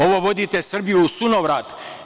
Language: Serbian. Ovo vodite Srbiju u sunovrat.